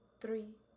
three